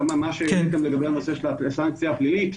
מה שהעליתם לגבי הנושא של סנקציה פלילית.